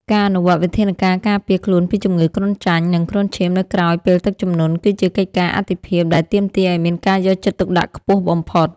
ការអនុវត្តវិធានការការពារខ្លួនពីជំងឺគ្រុនចាញ់ និងគ្រុនឈាមនៅក្រោយពេលទឹកជំនន់ គឺជាកិច្ចការអាទិភាពដែលទាមទារឱ្យមានការយកចិត្តទុកដាក់ខ្ពស់បំផុត។